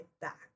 back